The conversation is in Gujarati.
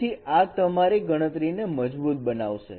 તેથી આ તમારી ગણતરીને મજબૂત બનાવશે